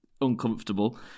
uncomfortable